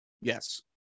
Yes